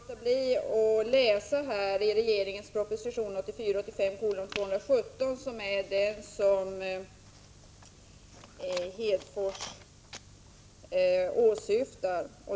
Herr talman! Jag kunde inte låta bli att läsa i regeringens proposition 1984/85:217, som Lars Hedfors åsyftar.